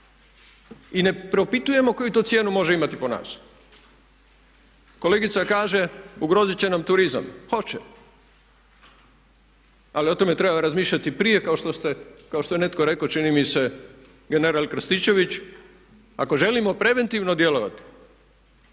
i ne propitujemo koju to cijenu može imati po nas. Kolegica kaže ugroziti će nam turizam, hoće ali o tome treba razmišljati prije kao što je netko rekao čini mi se general Krstičević ako želimo preventivno djelovati